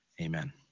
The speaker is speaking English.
amen